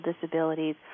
disabilities